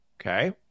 Okay